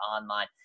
Online